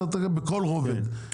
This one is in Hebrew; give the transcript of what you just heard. צריך לטפל בכל רובד,